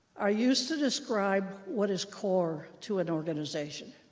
are used to describe what is core to an organization.